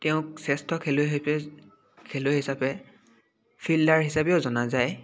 তেওঁক শ্ৰেষ্ঠ খেলুৱৈ খেলুৱৈ হিচাপে ফিল্ডাৰ হিচাপেও জনা যায়